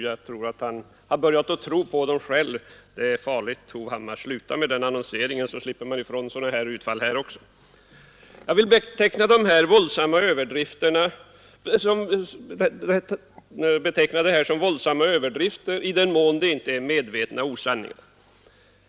Jag tror att han har börjat tro på dem själv. Det är farligt, herr Hovhammar. Sluta med den annonseringen så slipper vi ifrån dylika utfall här också. Jag vill beteckna detta som våldsamma överdrifter i den mån det inte är medvetna osanningar.